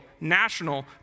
national